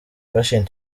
patient